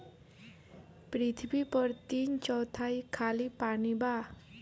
पृथ्वी पर तीन चौथाई खाली पानी बा